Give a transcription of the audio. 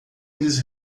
eles